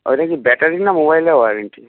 ওইটা কি ব্যাটারির না মোবাইলের ওয়ারেন্টি